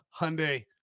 Hyundai